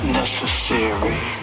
necessary